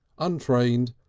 untrained,